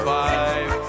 five